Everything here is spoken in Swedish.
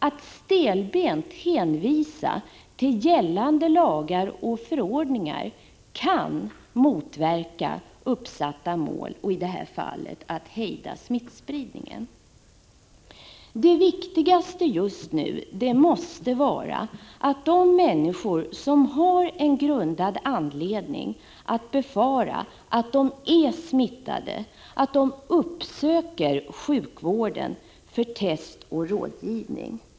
Att stelbent hänvisa till gällande lagar och förordningar kan motverka uppsatta mål, i det här fallet att hejda smittspridningen. Det viktigaste just nu måste vara att de människor som har en grundad anledning att befara att de är smittade uppsöker sjukvården för test och rådgivning.